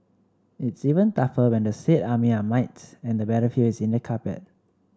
it's even tougher when the said army are mites and the battlefield is in the carpet